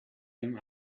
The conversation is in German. dem